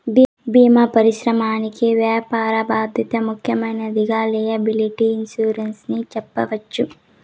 భీమా పరిశ్రమకి వ్యాపార బాధ్యత ముఖ్యమైనదిగా లైయబిలిటీ ఇన్సురెన్స్ ని చెప్పవచ్చు